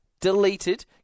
Deleted